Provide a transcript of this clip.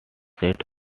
set